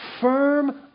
firm